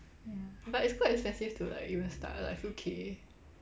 but it's quite expensive to like even start like a few K